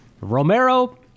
Romero